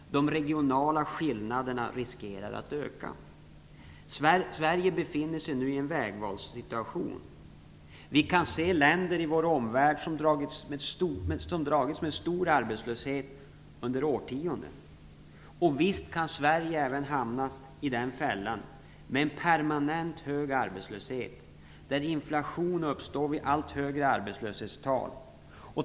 De regionala skillnaderna riskerar att öka. Sverige befinner sig i en vägvalssituation. Vi kan se länder i vår omvärld som dragits med stor arbetslöshet under årtionden. Och visst kan även Sverige hamna i den fällan, med en permanent hög arbetslöshet där inflation uppstår vid allt högre arbetslöshetstal.